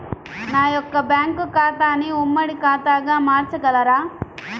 నా యొక్క బ్యాంకు ఖాతాని ఉమ్మడి ఖాతాగా మార్చగలరా?